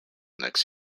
next